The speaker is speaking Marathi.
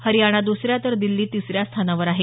हरियाणा दुसऱ्या तर दिल्ली तिसऱ्या स्थानावर आहे